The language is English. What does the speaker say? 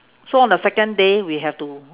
so on the second day we have to